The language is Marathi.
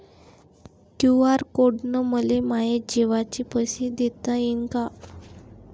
क्यू.आर कोड न मले माये जेवाचे पैसे देता येईन का?